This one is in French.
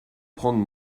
prendre